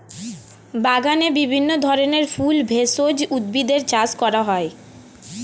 বাগানে বিভিন্ন ধরনের ফুল, ভেষজ উদ্ভিদের চাষ করা হয়